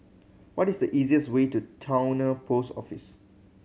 what is the easiest way to Towner Post Office